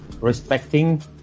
respecting